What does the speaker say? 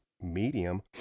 medium